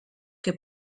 que